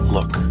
Look